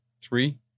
three